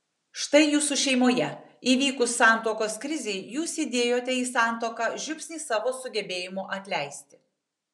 štai jūsų šeimoje įvykus santuokos krizei jūs įdėjote į santuoką žiupsnį savo sugebėjimo atleisti